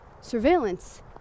surveillance